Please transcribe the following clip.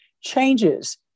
changes